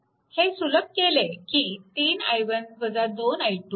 हे सुलभ केले की 3 i1 2 i2 1